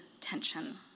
tension